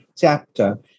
chapter